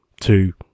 two